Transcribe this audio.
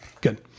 Good